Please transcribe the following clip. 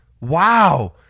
wow